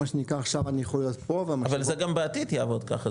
מה שנקרא עכשיו אני יכול לתת פה --- אבל זה גם בעתיד יעבוד ככה,